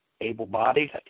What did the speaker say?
able-bodied